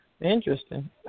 Interesting